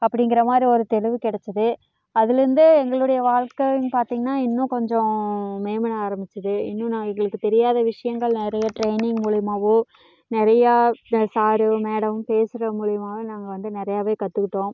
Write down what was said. அப்படிங்கிற மாதிரி ஒரு தெளிவு கிடச்சது அதிலிருந்தே எங்களுடைய வாழ்க்கைன்னு பார்த்திங்கன்னா இன்னும் கொஞ்சம் மேம்பட ஆரம்பிச்சது இன்னும் நான் எங்களுக்கு தெரியாத விஷயங்கள் நிறைய டிரைனிங் மூலியமாவோ நிறையா இந்த சார் மேடம் பேசுகிற மூலியமாவே நாங்கள் வந்து நிறையவே கற்றுக்கிட்டோம்